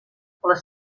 les